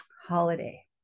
holiday